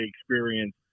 experience